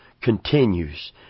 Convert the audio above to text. continues